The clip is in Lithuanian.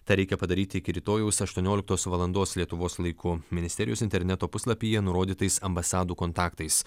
tą reikia padaryti iki rytojaus aštuonioliktos valandos lietuvos laiku ministerijos interneto puslapyje nurodytais ambasadų kontaktais